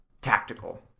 tactical